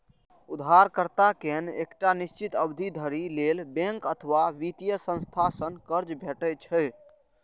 उधारकर्ता कें एकटा निश्चित अवधि धरि लेल बैंक अथवा वित्तीय संस्था सं कर्ज भेटै छै